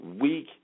week